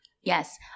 Yes